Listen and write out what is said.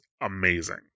amazing